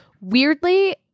Weirdly